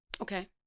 Okay